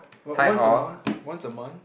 but once a month once a month